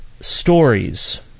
stories